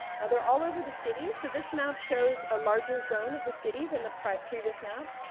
they're all over the city. so this map shows a larger zone of the city than the previous map.